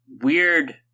weird